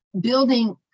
building